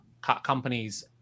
companies